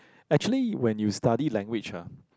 actually when you study language ah